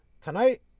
Tonight